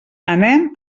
anem